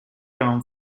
term